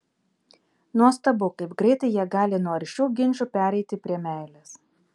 nuostabu kaip greitai jie gali nuo aršių ginčų pereiti prie meilės